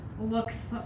looks